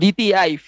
Dti